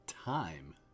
Time